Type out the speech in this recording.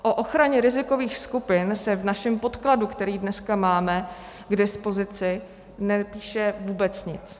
O ochraně rizikových skupin se v našem podkladu, který dneska máme k dispozici, nepíše vůbec nic.